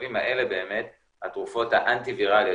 בשלבים האלה באמת התרופות האנטי ויראליות